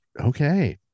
okay